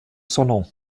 salon